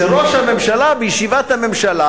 שראש הממשלה בישיבת הממשלה,